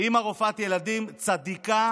אימא רופאת ילדים צדיקה.